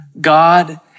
God